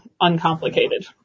uncomplicated